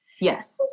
Yes